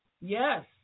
Yes